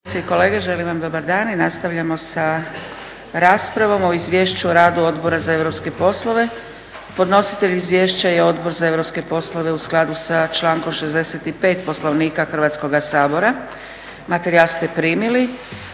kolege želim vam dobar dan! Nastavljamo sa raspravom o 12. Izvješće o radu Odbora za europske poslove Podnositelj izvješća je Odbor za europske poslove u skladu sa člankom 65. Poslovnika Hrvatskoga sabora. Materijal ste primili,